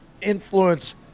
influence